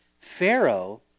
Pharaoh